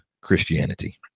Christianity